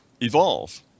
evolve